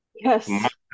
Yes